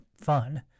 fun